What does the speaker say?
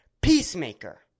Peacemaker